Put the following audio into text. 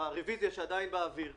אם היא לא תיעשה במשרד